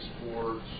sports